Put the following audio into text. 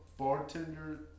bartender